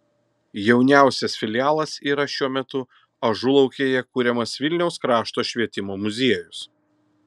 jauniausias filialas yra šiuo metu ažulaukėje kuriamas vilniaus krašto švietimo muziejus